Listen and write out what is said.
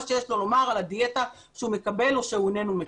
שיש לו לומר על הדיאטה שהוא מקבל או שאיננו מקבל.